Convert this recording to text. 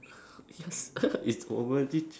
yes it's